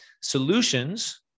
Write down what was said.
solutions